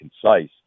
concise